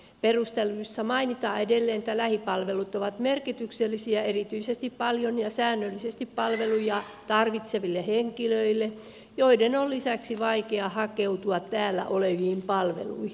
perusteluissa mainitaan edelleen että lähipalvelut ovat merkityksellisiä erityisesti paljon ja säännöllisesti palveluja tarvitseville henkilöille joiden on lisäksi vaikea hakeutua täällä oleviin palveluihin